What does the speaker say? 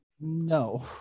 No